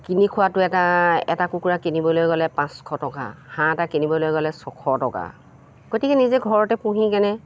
কিনি খোৱাটো এটা এটা কুকুৰা কিনিবলৈ গ'লে পাঁচশ টকা হাঁহ এটা কিনিবলৈ গ'লে ছশ টকা গতিকে নিজে ঘৰতে পুহি কেনে